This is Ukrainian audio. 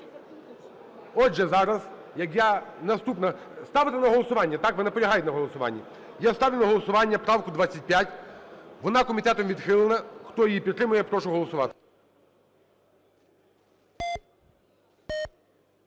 Отже, зараз… Ставити на голосування, так? Ви наполягаєте на голосуванні? Я ставлю на голосування правку 25. Вона комітетом відхилена. Хто її підтримує, я прошу голосувати.